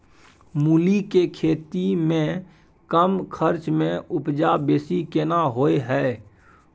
मूली के खेती में कम खर्च में उपजा बेसी केना होय है?